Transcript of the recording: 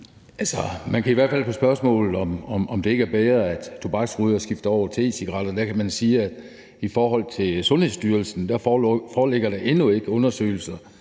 Man kan i hvert fald på spørgsmålet, om det ikke er bedre, at tobaksrygere skifter over til e-cigaretter, sige, at der i forhold til Sundhedsstyrelsen endnu ikke foreligger undersøgelser